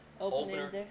opener